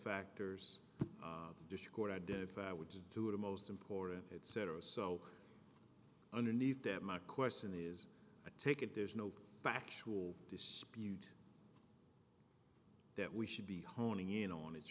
factors dischord identify with the two are most important etc so underneath that my question is i take it there's no factual dispute that we should be honing in on it's